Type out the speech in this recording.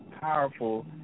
powerful